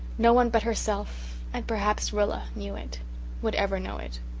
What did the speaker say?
no one but herself and perhaps rilla knew it would ever know it.